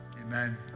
Amen